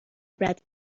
عبرت